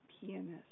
Pianist